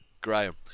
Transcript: Graham